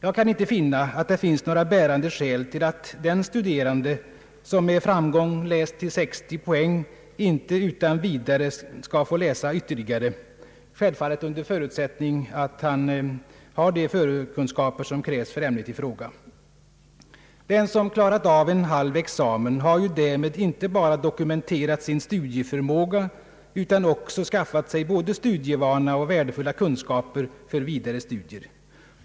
Jag kan inte se att det finns några bärande skäl till att den studerande som med framgång läst till 60 poäng inte utan vidare skall få läsa ytterligare — självfallet under förutsättning att han har de förkunskaper som krävs för ämnet i fråga. Den som klarat av en halv examen har ju därmed inte bara dokumenterat sin studieförmåga utan också skaffat sig både studievana och värdefulla kunskaper för vidare studier.